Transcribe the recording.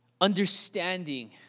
understanding